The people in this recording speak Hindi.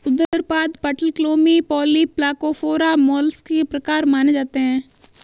उदरपाद, पटलक्लोमी, पॉलीप्लाकोफोरा, मोलस्क के प्रकार माने जाते है